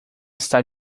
está